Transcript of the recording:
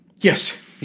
Yes